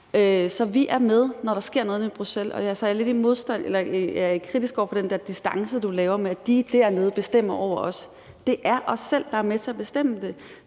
Så vi er med, når der sker noget nede i Bruxelles – jeg er lidt kritisk over for den distance, du laver, ved at sige, at de dernede bestemmer over os. Det er os selv, der er med til at bestemme det.